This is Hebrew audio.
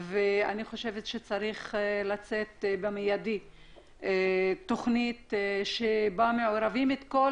ואני חושבת שצריכה לצאת במידי תכנית שמעורבים בה כל